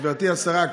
גברתי השרה,